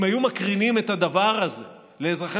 אם היו מקרינים את הדבר הזה לאזרחי